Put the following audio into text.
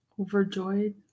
Overjoyed